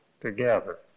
together